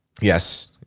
Yes